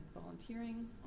volunteering